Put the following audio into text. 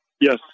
Yes